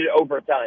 overtime